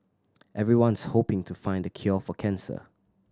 everyone's hoping to find the cure for cancer